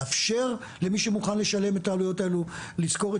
לאפשר למי שמוכן לשלם את העלויות האלו לשכור את